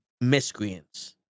miscreants